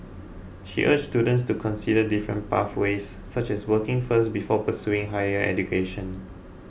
she urged students to consider different pathways such as working first before pursuing higher education